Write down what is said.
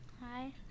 Hi